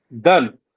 done